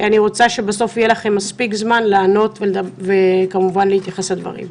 אני רוצה שבסוף יהיה לכם מספיק זמן לענות ולהתייחס לדברים.